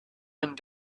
and